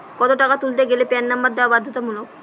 কত টাকা তুলতে গেলে প্যান নম্বর দেওয়া বাধ্যতামূলক?